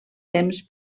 temps